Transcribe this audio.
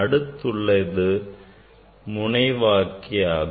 அடுத்து உள்ளது முனைவாக்கியாகும்